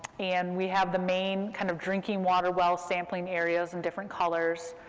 and we have the main kind of drinking water well sampling areas in different colors,